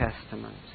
testament